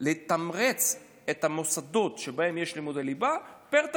לתמרץ את המוסדות שבהם יש לימודי ליבה פר תלמיד.